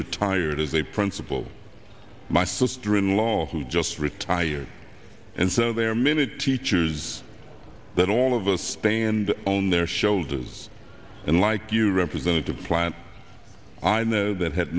retired as a principal my sister in law who just retired and so they're minute teachers that all of us stand on their shoulders and like you representative plant i know that had